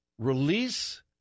release